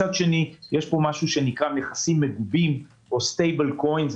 מצד שני יש מה שנקרא נכסים מגובים או Stablecoins,